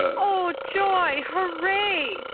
oh, joy! hooray!